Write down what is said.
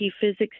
Physics